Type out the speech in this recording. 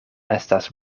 estas